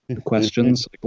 Questions